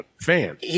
fan